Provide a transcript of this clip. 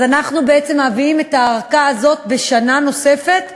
אנחנו בעצם מביאים את הארכה הזאת בשנה נוספת,